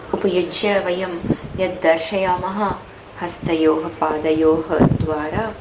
उपयुज्य वयं यद्दर्शयामः हस्तयोः पादयोः द्वारा